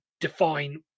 define